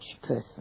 person